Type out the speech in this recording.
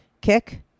kick